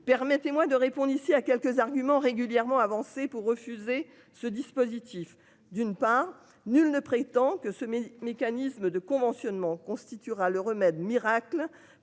Permettez-moi de répondre ici à quelques arguments régulièrement avancés pour refuser ce dispositif d'une pin nul ne prétend que ce mécanisme de conventionnement constituera le remède miracle